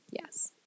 yes